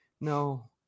no